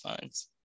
funds